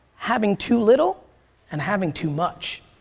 having too little and having too much.